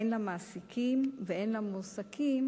הן למעסיקים והן למועסקים,